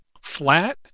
flat